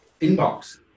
inbox